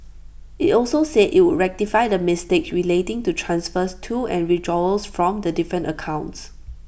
IT also said IT would rectify the mistakes relating to transfers to and withdrawals from the different accounts